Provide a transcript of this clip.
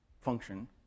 function